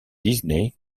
disney